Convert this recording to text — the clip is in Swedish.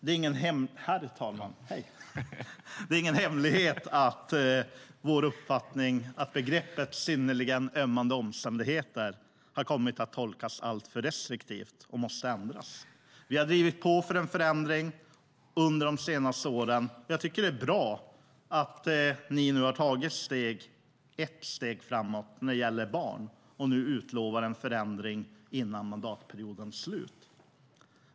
Det är ingen hemlighet att vår uppfattning är att begreppet synnerligen ömmande omständigheter har kommit att tolkas alltför restriktivt och måste ändras. Vi har drivit på för en förändring under de senaste åren, och jag tycker att det är bra att ni har tagit ett steg framåt när det gäller barn och nu utlovar en förändring före mandatperiodens slut.